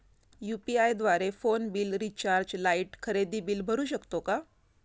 UPI द्वारे phone bill, recharge, light, खरेदी bill भरू शकतो का?